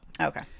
okay